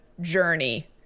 journey